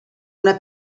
una